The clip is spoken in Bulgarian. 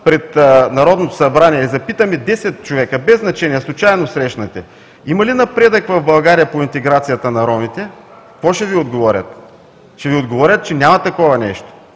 пред Народното събрание и запитаме 10 човека, без значение, случайно срещнати: „Има ли напредък в България по интеграцията на ромите?“ какво ще Ви отговорят? Ще Ви отговорят, че няма такова нещо.